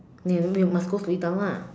没有没有 must go slowly down lah